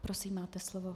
Prosím, máte slovo.